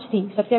5 થી 27